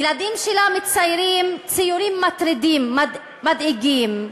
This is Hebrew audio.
הילדים שלה מציירים ציורים מטרידים, מדאיגים,